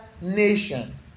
nation